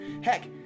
Heck